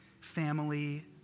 family